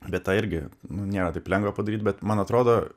bet tą irgi nu nėra taip lengva padaryt bet man atrodo